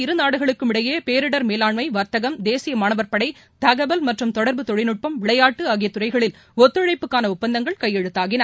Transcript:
இரு நாடுகளுக்கும் இடையேபேரிடர் மேலாண்மை வர்த்தகம் தேசியமாணவர் படை தகவல் மற்றும் தொடர்பு தொழில்நுட்பம் விளையாட்டுஆகியதுறைகளில் ஒத்துழைப்புக்கானஒப்பந்தங்கள் கையெழுத்தாகின